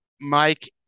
Mike